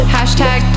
Hashtag